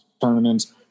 tournaments